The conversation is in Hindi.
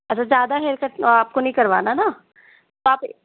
अच्छा ज़्यादा हेयर कट आपको नई करवाना ना आप एक